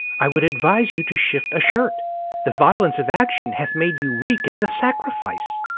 i would advise you to shift a shirt the violence of action hath made you reek as a sacrifice.